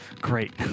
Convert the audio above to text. Great